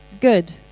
good